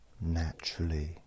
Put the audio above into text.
naturally